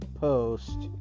post